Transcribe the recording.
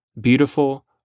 Beautiful